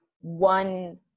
one